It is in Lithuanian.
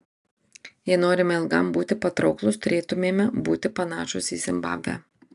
jei norime ilgam būti patrauklūs turėtumėme būti panašūs į zimbabvę